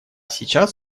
сейчас